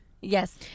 Yes